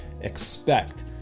expect